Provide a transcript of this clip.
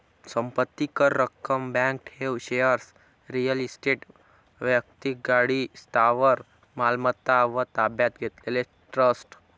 संपत्ती कर, रक्कम, बँक ठेव, शेअर्स, रिअल इस्टेट, वैक्तिक गाडी, स्थावर मालमत्ता व ताब्यात घेतलेले ट्रस्ट